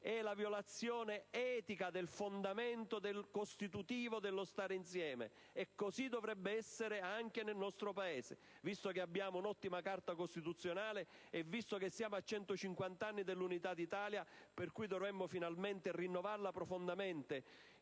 è la violazione etica del fondamento costitutivo dello stare insieme e così dovrebbe essere anche nel nostro Paese, visto che abbiamo un'ottima Carta costituzionale e siamo a 150 anni dall'Unità d'Italia per cui dovremmo finalmente rinnovare profondamente